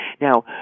Now